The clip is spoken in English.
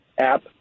app